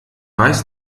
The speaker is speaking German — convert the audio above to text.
weiß